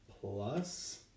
plus